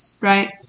right